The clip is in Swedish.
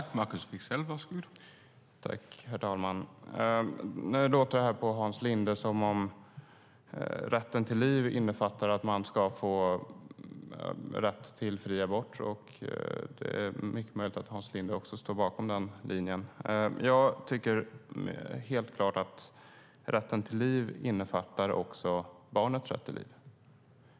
Herr talman! Nu låter det på Hans Linde som om rätten till liv innefattar rätt till fri abort. Det är mycket möjligt att Hans Linde står bakom det. Jag tycker dock att det är helt klart att rätten till liv också innefattar barnets rätt till liv.